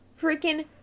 freaking